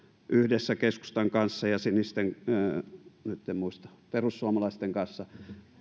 yhdessä keskustan kanssa ja perussuomalaisten kanssa